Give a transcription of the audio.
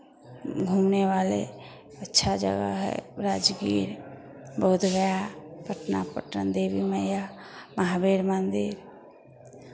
घूमने वाले अच्छा जगह है राजगीर बोधगया पटना पटन देवी मैया महावीर मन्दिर